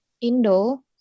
Indo